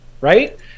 right